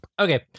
Okay